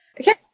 okay